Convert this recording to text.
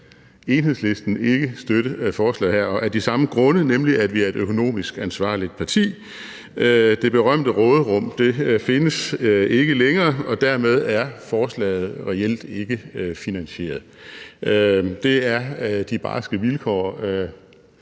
Enhedslisten ikke støtte forslaget, og det er af de samme grunde, nemlig at vi er et økonomisk ansvarligt parti. Det berømte råderum findes ikke længere, og dermed er forslaget reelt ikke finansieret. Det er de barske vilkår.